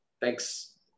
Thanks